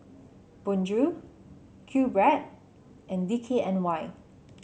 Bonjour QBread and D K N Y